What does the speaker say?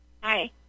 Hi